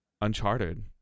Uncharted